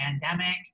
pandemic